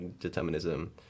determinism